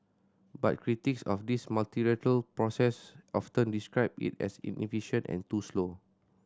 but critics of this multilateral process often describe it as inefficient and too slow